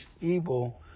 evil